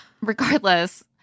regardless